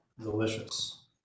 delicious